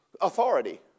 Authority